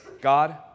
God